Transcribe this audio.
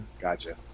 gotcha